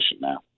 now